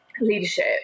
leadership